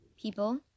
people